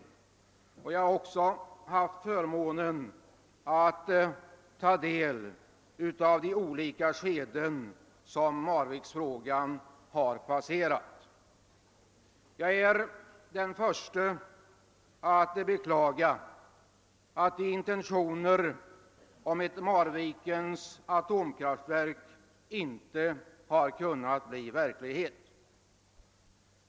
Jag har också haft förmånen att följa Marvikenfrågan genom de olika skeden som den har passerat. Jag är den förste att beklaga att intentionerna beträffande ett Marvikens atomkraftverk inte har kunnat bli verklighet.